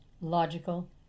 logical